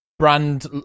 brand